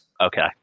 okay